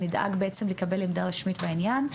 אני אדאג בעצם לקבל עמדה רשמית בעניין,